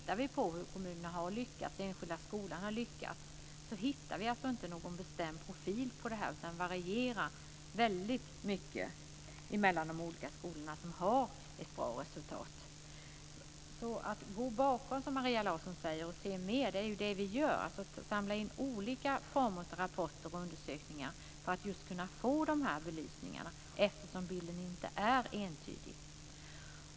Om vi tittar på hur enskilda skolor har lyckats hittar vi inte någon bestämd profil på detta. Det varierar väldigt mycket mellan de olika skolorna som har ett bra resultat. Maria Larsson säger att vi ska gå bakom och se mer, och det är ju det vi gör. Vi samlar in olika rapporter och undersökningar för att kunna få detta belyst, eftersom bilden inte är entydig.